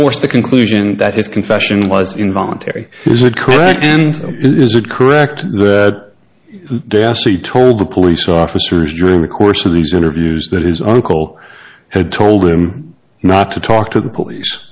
force the conclusion that his confession was involuntary is a correct and is it correct that he told the police officers during the course of these interviews that his uncle had told him not to talk to the police